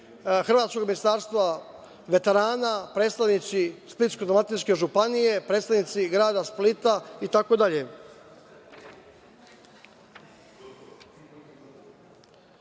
hrvatskog Ministarstva veterana, predstavnici Splitsko-dalmatinske županije, predstavnici grada Splita itd. Vi